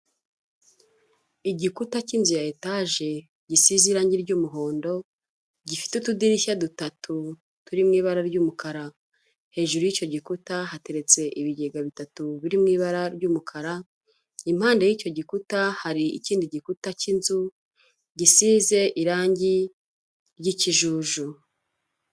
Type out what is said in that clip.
Igikuta cy'inzu ya etaje gisize irangi ry'umuhondo, gifite utudirishya dutatu turi mu ibara ry'umukara, hejuru y'icyo gikuta hateretse ibigega bitatu biri mu ibara ry'umukara, impande y'icyo gikuta hari ikindi gikuta cy'inzu gisize irangi ry'ikijuju.